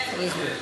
צריך להיות.